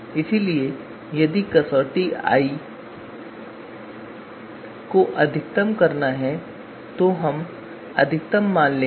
इसलिए यदि कसौटी i को अधिकतम करना है तो हम अधिकतम मान लेंगे